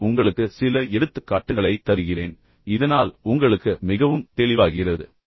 நான் உங்களுக்கு சில எடுத்துக்காட்டுகளைத் தருகிறேன் இதனால் உங்களுக்கு மிகவும் தெளிவாகிறது